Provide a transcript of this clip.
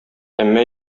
әмма